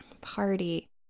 party